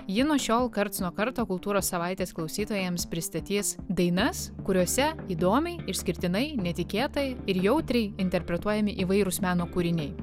ji nuo šiol karts nuo karto kultūros savaitės klausytojams pristatys dainas kuriose įdomiai išskirtinai netikėtai ir jautriai interpretuojami įvairūs meno kūriniai